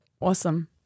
Awesome